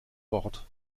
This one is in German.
bord